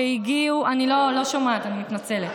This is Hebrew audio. שהגיעו, אני לא שומעת, אני מתנצלת.